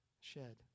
shed